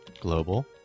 global